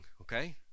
okay